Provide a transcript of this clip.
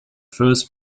first